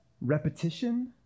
repetition